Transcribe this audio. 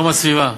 יום הסביבה.